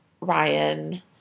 Ryan